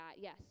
Yes